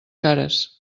cares